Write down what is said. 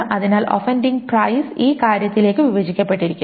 അതിനാൽ offending price ഈ കാര്യത്തിലേക്ക് വിഭജിക്കപ്പെട്ടിരിക്കുന്നു